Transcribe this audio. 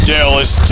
Dallas